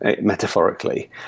metaphorically